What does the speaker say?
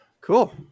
cool